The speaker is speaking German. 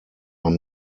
man